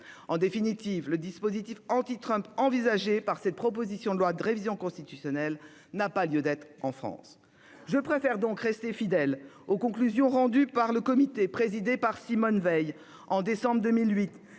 En définitive, le dispositif « anti-Trump » envisagé par cette proposition de révision constitutionnelle n'a pas lieu d'être en France. Je préfère donc rester fidèle aux conclusions rendues par le comité présidé par Simone Veil, en décembre 2008,